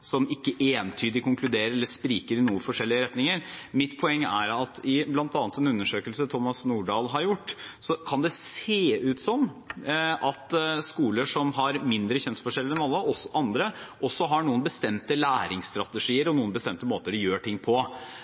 som ikke entydig konkluderer, eller som spriker i forskjellige retninger. Mitt poeng er at i bl.a. en undersøkelse som Thomas Nordahl har gjort, kan det se ut som at skoler som har mindre kjønnsforskjeller enn andre, også har noen bestemte læringsstrategier og noen bestemte måter de gjør ting på.